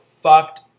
fucked